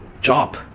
job